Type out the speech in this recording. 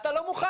אתה לא מוכן.